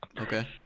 Okay